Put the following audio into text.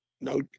No